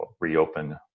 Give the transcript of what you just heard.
reopen